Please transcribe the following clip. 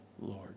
Lord